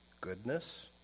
goodness